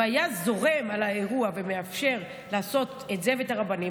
אם הוא היה זורם על האירוע ומאפשר לעשות את זה ואת הרבנים,